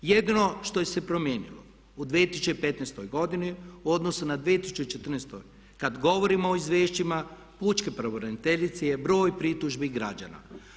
Jedino što se je promijenilo u 2015. godini u odnosu na 2014. kada govorimo o izvješćima pučke pravobraniteljice je broj pritužbi građana.